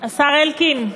השר אלקין,